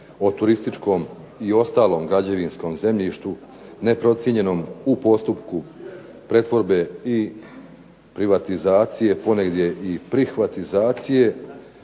o turističkom i ostalom građevinskom zemljištu neprocijenjenom u postupku pretvorbe i privatizacije, ponegdje i prihvatizacije,